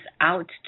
out